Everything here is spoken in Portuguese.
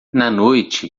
noite